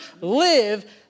live